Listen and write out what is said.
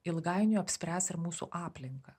ilgainiui apspręs ir mūsų aplinką